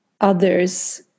others